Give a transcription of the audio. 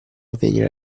avvenire